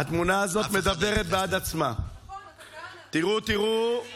אף אחד לא התייחס לזה.